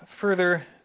further